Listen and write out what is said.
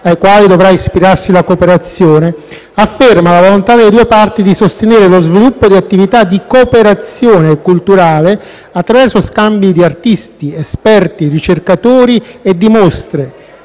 ai quali dovrà ispirarsi la cooperazione, afferma la volontà delle due parti di sostenere lo sviluppo di attività di cooperazione culturale attraverso scambi di artisti, esperti, ricercatori e di mostre,